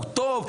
הוא טוב,